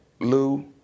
Lou